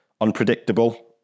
unpredictable